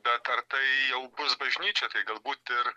bet ar tai jau bus bažnyčia tai galbūt ir